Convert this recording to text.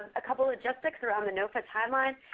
a couple logistics around the nofa timeline.